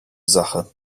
sache